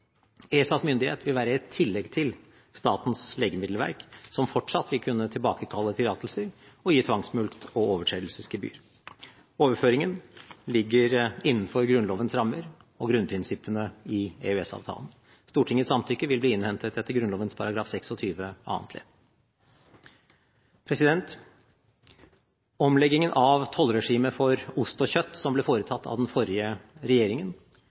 ESAs myndighet vil være et tillegg til Statens legemiddelverk, som fortsatt vil kunne tilbakekalle tillatelser og gi tvangsmulkt og overtredelsesgebyr. Overføringen ligger innenfor Grunnlovens rammer og grunnprinsippene i EØS-avtalen. Stortingets samtykke vil bli innhentet etter Grunnloven § 26 annet ledd. Omleggingen av tollregimet for ost og kjøtt som ble foretatt av den forrige regjeringen